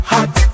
Hot